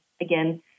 Again